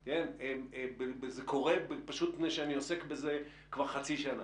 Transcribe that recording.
כי אני עוסק בזה כבר חצי שנה.